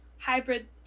hybrid